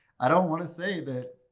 i don't want to say that.